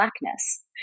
Blackness